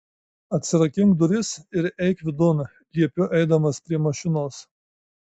atsirakink duris ir eik vidun liepiu eidamas prie mašinos